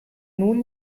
nun